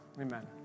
Amen